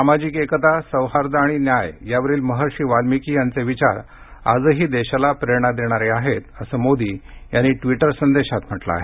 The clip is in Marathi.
सामाजिक एकता सौहार्द आणि न्याय यावरील महर्षी वाल्मिकी यांचे विचार आजही देशाला प्रेरणा देणारे आहेत असं मोदी यांनी ट्विटर संदेशात म्हटलं आहे